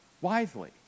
wisely